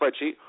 spreadsheet